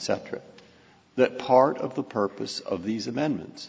separate that part of the purpose of these amendments